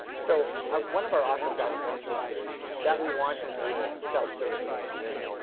so one of our awesome guiding principles here is that we want to enable self-service for the company.